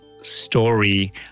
story